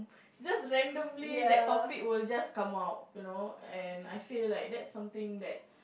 just randomly that topic will just come out you know and I feel like that's something that